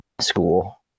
school